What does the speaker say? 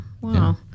Wow